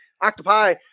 octopi